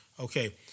Okay